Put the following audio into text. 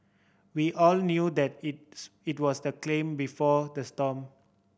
we all knew that it's it was the before the storm